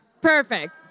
Perfect